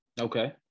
okay